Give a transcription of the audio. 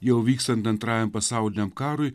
jau vykstant antrajam pasauliniam karui